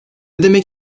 demek